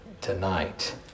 tonight